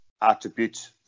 attributes